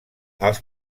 els